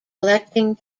collecting